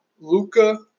Luca